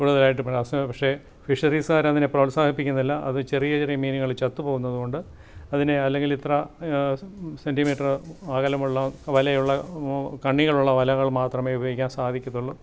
കൂടുതലായിട്ട് പക്ഷേ ഫിഷറീസുകാരതിനെ പ്രോത്സാഹിപ്പിക്കുന്നില്ല അത് ചെറിയ ചെറിയ മീനുകൾ ചത്തുപോകുന്നതുകൊണ്ട് അതിനെ അല്ലെങ്കിലിത്ര സെൻറ്റീമീറ്റർ അകലമുള്ള വലയുളള കണ്ണികളുള്ള വലകൾ മാത്രമേ ഉപയോഗിക്കാൻ സാധിക്കത്തുള്ളൂ